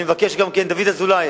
אני מבקש גם מדוד אזולאי,